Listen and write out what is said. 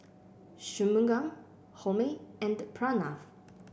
Shunmugam Homi and Pranav